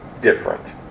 different